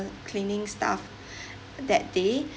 cleaning staff that day